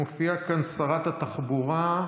מופיעה כאן שרת התחבורה,